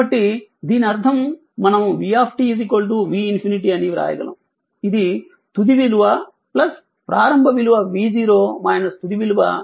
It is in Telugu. కాబట్టి దీని అర్థం మనం v v∞ అని వ్రాయగలము ఇది తుది విలువ ప్రారంభ విలువ v0 తుది విలువ v∞ e t𝜏